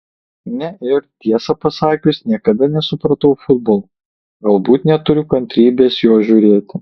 ne ir tiesą pasakius niekada nesupratau futbolo galbūt neturiu kantrybės jo žiūrėti